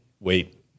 wait